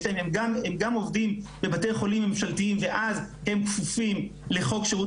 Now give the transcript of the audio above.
הם גם עובדים בבתי חולים ממשלתיים ואז הם כפופים לחוק שירות